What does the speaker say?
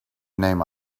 name